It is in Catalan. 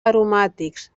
aromàtics